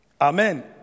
Amen